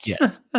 Yes